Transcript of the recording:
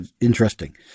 interesting